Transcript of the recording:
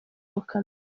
kamere